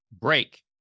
break